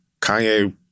Kanye